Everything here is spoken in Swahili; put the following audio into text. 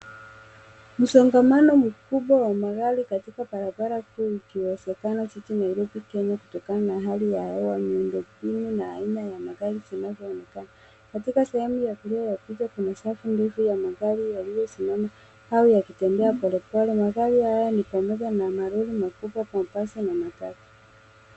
Msongamano mkubwa wa magari katika barabara kuu ikiwezekana jiji Nairobi, Kenya kutokana na hali ya hewa, miundombinu na aina ya magari zinavyoonekana. Katika sehemu ya kulia ya picha kuna safu ndefu ya magari yaliyosimama au yakitembea polepole. Magari haya ni pamoja na malori makubwa, mabasi na matatu.